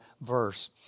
verse